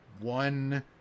one